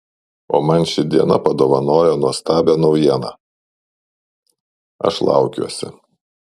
o man ši diena padovanojo nuostabią naujieną aš laukiuosi